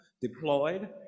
deployed